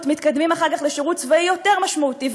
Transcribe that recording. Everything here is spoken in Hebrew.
מתקדמים אחר כך לשירות צבאי יותר משמעותי,